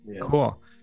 Cool